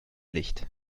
licht